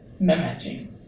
memantine